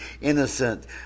innocent